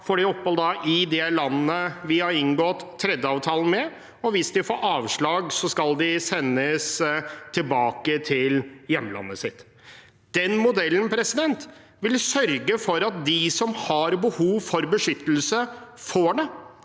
får de opphold i det landet vi har inngått tredjeavtalen med, og hvis de får avslag, skal de sendes tilbake til hjemlandet sitt. Den modellen vil sørge for at de som har behov for beskyttelse, får det,